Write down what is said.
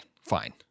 fine